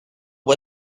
può